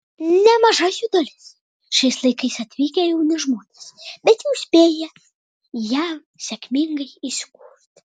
nemaža jų dalis šiais laikais atvykę jauni žmonės bet jau spėję jav sėkmingai įsikurti